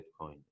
Bitcoin